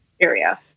area